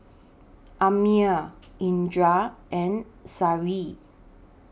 Ammir Indra and Seri